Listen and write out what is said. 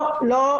לא, לא.